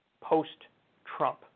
post-Trump